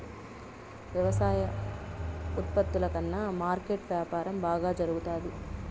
వ్యవసాయ ఉత్పత్తుల కన్నా మార్కెట్ వ్యాపారం బాగా జరుగుతాది